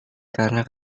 karena